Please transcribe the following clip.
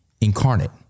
incarnate